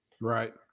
Right